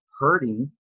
hurting